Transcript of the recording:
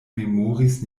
memoris